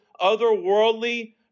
otherworldly